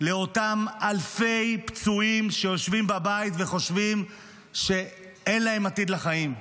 לאותם אלפי פצועים שיושבים בבית וחושבים שאין להם עתיד לחיים,